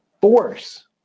force